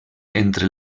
entre